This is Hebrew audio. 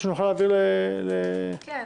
כן.